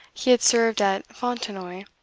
he had served at fontenoy.